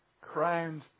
crowned